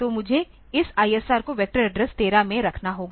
तो मुझे इस ISR को वेक्टर एड्रेस 13 में रखना होगा